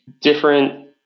different